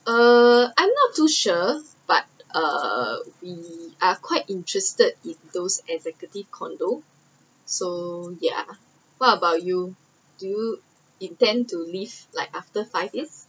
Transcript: uh I’m not too sure but uh we are quite interested in those executive condo so ya what about you do you intend to leave like after five years